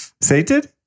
Sated